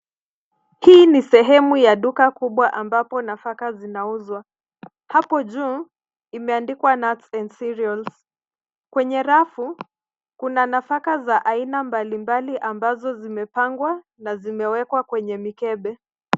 Hii ni sehemu ya duka kubwa ambapo nafaka zinauzwa. Hapo juu, imeandikwa Nuts & Cereals. Kwenye rafu, kuna nafaka za aina mbalimbali ambazo zimepangwa na zimewekwa kwenye mikebe.